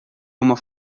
uma